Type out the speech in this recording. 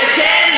וכן,